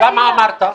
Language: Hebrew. אז למה אמרת?